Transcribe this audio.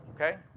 okay